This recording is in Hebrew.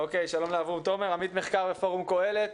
שלום לאברום תומר, עמית מחקר בפורום קהלת,